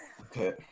Okay